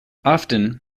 often